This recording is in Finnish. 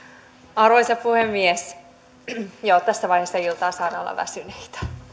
arvoisa puhemies joo tässä vaiheessa iltaa saadaan olla väsyneitä